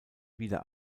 wieder